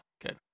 Good